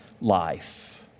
life